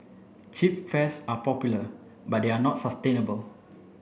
cheap fares are popular but they are not sustainable